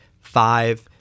five